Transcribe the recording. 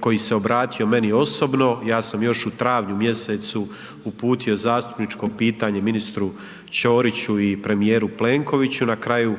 koji se obratio meni osobno, ja sam još u travnju mjesecu uputio zastupničko pitanje ministru Ćoriću i premijeru Plenkoviću, na kraju